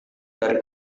dari